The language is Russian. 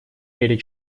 мере